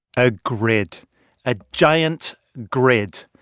a grid a giant grid.